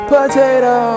Potato